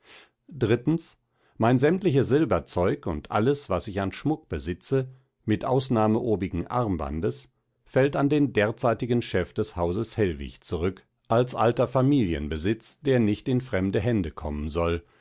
mein sämtliches silberzeug und alles was ich an schmuck besitze mit ausnahme obigen armbandes fällt an den derzeitigen chef des hauses hellwig zurück als alter familienbesitz der nicht in fremde hände kommen soll